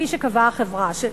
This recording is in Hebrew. כפי שקבעה החברה שלו.